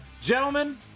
Gentlemen